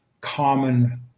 common